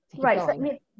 Right